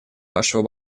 вашего